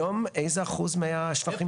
היום איזה אחוז מהשפכים?